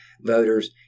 voters